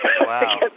Wow